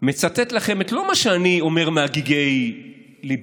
מצטט לכם לא את מה שאני אומר מהגיגי ליבי,